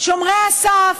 שומרי הסף,